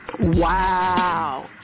wow